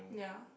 yeah